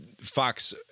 fox